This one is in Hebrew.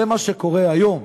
זה מה שקורה היום.